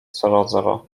zero